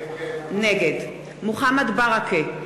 נגד מוחמד ברכה,